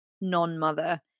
non-mother